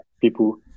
people